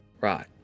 Right